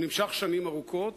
הוא נמשך שנים ארוכות,